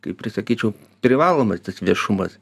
kaip ir sakyčiau privalomas tas viešumas